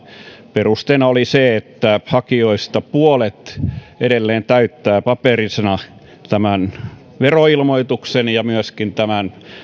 perusteena oli se että hakijoista edelleen puolet täyttää paperisena tämän veroilmoituksen ja myöskin tämän